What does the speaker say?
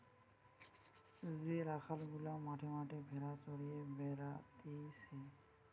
যে রাখাল গুলা মাঠে মাঠে ভেড়া চড়িয়ে বেড়াতিছে